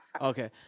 okay